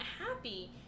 happy